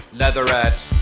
leatherette